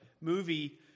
movie